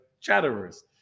chatterers